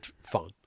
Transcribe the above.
fun